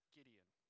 Gideon